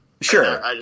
Sure